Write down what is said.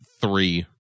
Three